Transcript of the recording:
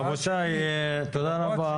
רבותיי, תודה רבה.